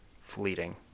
fleeting